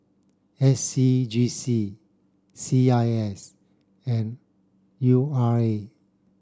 S C G C C I S and U R A